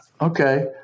okay